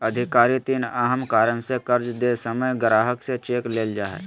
अधिकारी तीन अहम कारण से कर्ज दे समय ग्राहक से चेक ले हइ